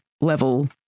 level